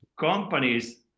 companies